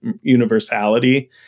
universality